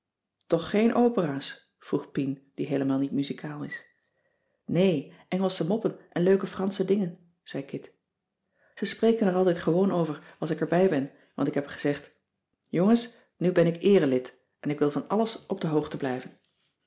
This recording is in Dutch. toch geen opera's vroeg pien die heelemaal niet muzikaal is nee engelsche moppen en leuke fransche dingen zei kit ze spreken er altijd gewoon over als ik erbij ben want ik heb gezegd jongens nu ben ik eerelid en ik wil van alles op de hoogte blijven